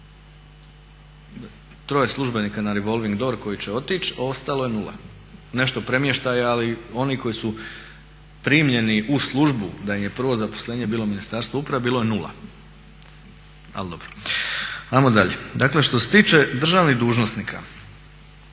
Troje službenika na revolving door koji će otići ostalo je nula, nešto premještaja. Ali oni koji su primljeni u službu da im je prvo zaposlenje bilo Ministarstvo uprave bilo je nula. Ali dobro. Ajmo dalje. Što se tiče državnih dužnosnika,